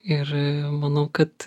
ir manau kad